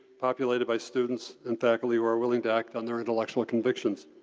populated by students and faculty who are willing to act on their intellectual convictions.